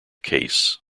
case